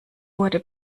wurde